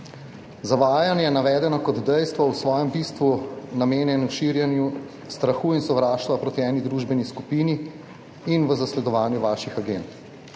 Zavajanje, navedeno kot dejstvo, v svojem bistvu namenjeno širjenju strahu in sovraštva proti eni družbeni skupini in v zasledovanju vaših agend.